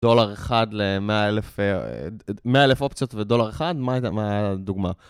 דולר אחד ל-100,000, 100,000 אופציות ודולר אחד? מה היתה, מה היה הדוגמה?